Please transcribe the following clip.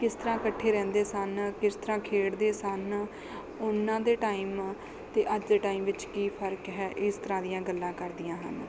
ਕਿਸ ਤਰ੍ਹਾਂ ਇਕੱਠੇ ਰਹਿੰਦੇ ਸਨ ਕਿਸ ਤਰ੍ਹਾਂ ਖੇਡਦੇ ਸਨ ਉਹਨਾਂ ਦੇ ਟਾਈਮ ਅਤੇ ਅੱਜ ਦੇ ਟਾਈਮ ਵਿੱਚ ਕੀ ਫਰਕ ਹੈ ਇਸ ਤਰ੍ਹਾਂ ਦੀਆਂ ਗੱਲਾਂ ਕਰਦੀਆਂ ਹਨ